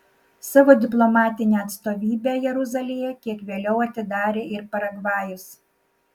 savo diplomatinę atstovybę jeruzalėje kiek vėliau atidarė ir paragvajus